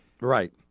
Right